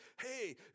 hey